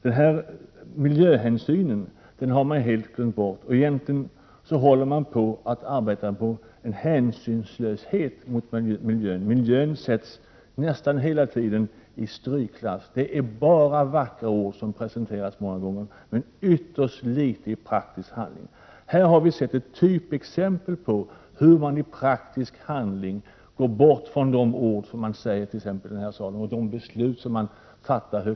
Hänsynen till miljön har man helt glömt bort, och egentligen arbetar man med en hänsynslöshet mot miljön. Miljön sätts nästan hela tiden i strykklass. Det är bara vackra ord som hörs många gånger, men det blir fråga om ytterst litet av praktisk handling. Här har vi sett ett typexempel på hur man frångår vad som högtidligt sägs och beslutas i denna sal.